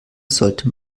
sollte